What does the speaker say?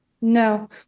No